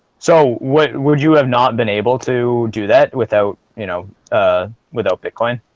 so what would you have not been able to do that without you know ah without bitcoin